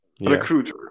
Recruiter